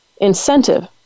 incentive